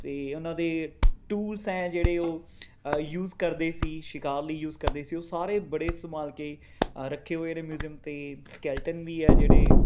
ਅਤੇ ਉਹਨਾਂ ਦੇ ਟੂਲਜ਼ ਹੈ ਜਿਹੜੇ ਉਹ ਅ ਯੂਜ਼ ਕਰਦੇ ਸੀ ਸ਼ਿਕਾਰ ਲਈ ਯੂਜ਼ ਕਰਦੇ ਸੀ ਉਹ ਸਾਰੇ ਬੜੇ ਸੰਭਾਲ ਕੇ ਅ ਰੱਖੇ ਹੋਏ ਨੇ ਮਿਉਜੀਅਮ ਅਤੇ ਸਕੇਲਟਨ ਵੀ ਹੈ ਜਿਹੜੇ